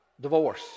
divorce